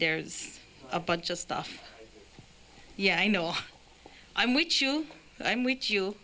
there's a bunch of stuff yeah i know i'm with you i'm with you